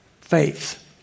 faith